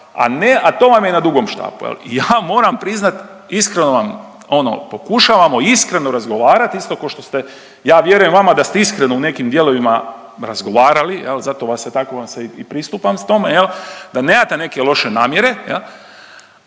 ne to vam je na dugom štapu. Ja moram priznat iskreno vam, ono pokušavamo iskreno razgovarat, isto ko što ste ja vjerujem vama da ste iskreno u nekim dijelovima razgovarali, zato vam se i pristupam tome da nemate neke loše namjere,